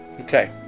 Okay